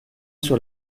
sur